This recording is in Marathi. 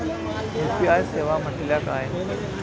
यू.पी.आय सेवा म्हटल्या काय?